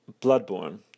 Bloodborne